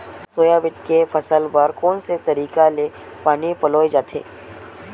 Soybean के फसल बर कोन से तरीका ले पानी पलोय जाथे?